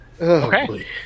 okay